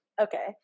okay